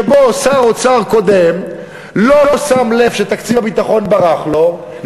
שבו שר האוצר הקודם לא שם לב שתקציב הביטחון ברח לו,